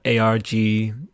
ARG